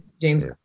James